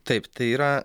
taip tai yra